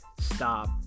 stop